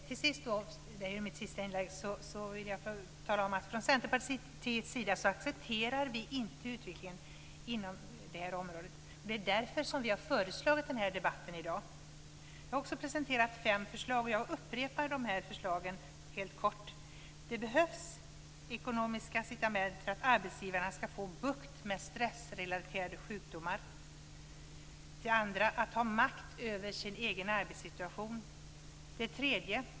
Fru talman! Till sist vill jag tala om - det här är mitt sista inlägg - att från Centerpartiets sida accepterar vi inte utvecklingen inom det här området. Det är därför som vi har föreslagit den här debatten i dag. Jag har också presenterat fem förslag, och jag upprepar dem helt kort: 1. Skapa ekonomiska incitament för att arbetsgivarna ska få bukt med stressrelaterade sjukdomar. 2. Gör det möjligt för människor att ha makt över sin egen arbetssituation. 3.